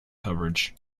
coverage